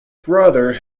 brother